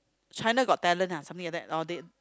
China Got Talent ah something like that or they